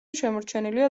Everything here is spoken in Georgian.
შემორჩენილია